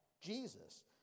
Jesus